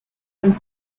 and